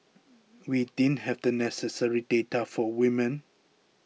we didn't have the necessary data for women